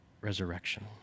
resurrection